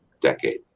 decade